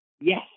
Yes